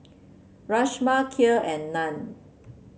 Rajma Kheer and Naan